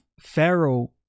Pharaoh